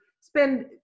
spend